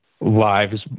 lives